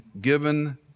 given